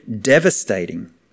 devastating